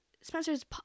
Spencer's